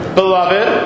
beloved